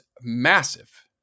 massive